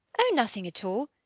oh, nothing at all!